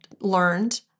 learned